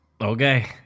Okay